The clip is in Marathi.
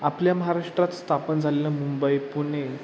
आपल्या महाराष्ट्रात स्थापन झालेलं मुंबई पुणे